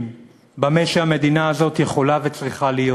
במה שהמדינה הזאת יכולה וצריכה להיות.